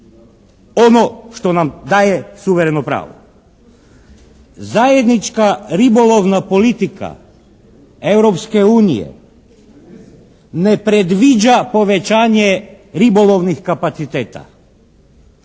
ono što nam daje suvereno pravo. Zajednička ribolovna politika Europske unije ne predviđa povećanje ribolovnih kapaciteta.